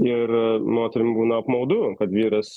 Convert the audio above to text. ir moterim būna apmaudu kad vyras